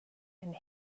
and